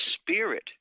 spirit